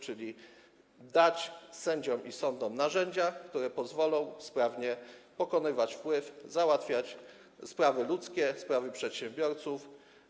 Chodzi o to, żeby dać sędziom i sądom narzędzia, które pozwolą sprawnie pokonywać wpływ, załatwiać sprawy ludzkie, sprawy przedsiębiorców.